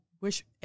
wish